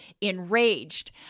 enraged